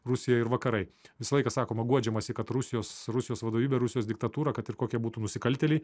rusija ir vakarai visą laiką sakoma guodžiamasi kad rusijos rusijos vadovybė rusijos diktatūra kad ir kokie būtų nusikaltėliai